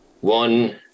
One